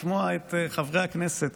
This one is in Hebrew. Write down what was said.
לשמוע את חברי הכנסת,